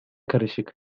karışık